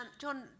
John